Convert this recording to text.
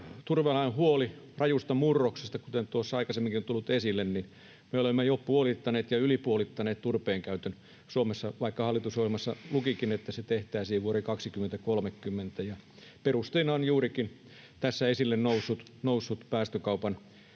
turvealan huoli rajusta murroksesta. Kuten tuossa aikaisemminkin on tullut esille, niin me olemme jo puolittaneet ja yli puolittaneet turpeen käytön Suomessa, vaikka hallitusohjelmassa lukikin, että se tehtäisiin vuoteen 2030, ja perusteena ovat tässä esille nousseet juurikin